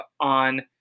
on